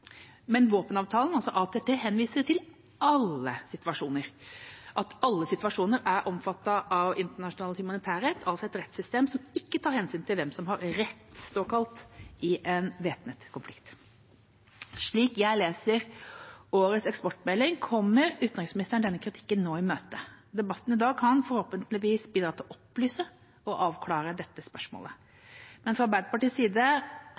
Men våpenavtalen, altså ATT, henviser til alle situasjoner omfattet av internasjonal humanitærrett, altså et rettssystem som ikke tar hensyn til hvem som har såkalt rett i en væpnet konflikt. Slik jeg leser årets eksportmelding, kommer utenriksministeren nå denne kritikken i møte. Debatten i dag kan forhåpentligvis bidra til å opplyse og avklare dette spørsmålet. Men fra Arbeiderpartiets side